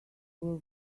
were